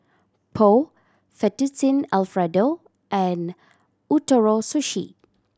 Pho Fettuccine Alfredo and Ootoro Sushi